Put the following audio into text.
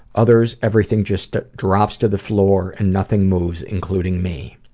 others, everything just ah drops to the floor and nothing moves including me.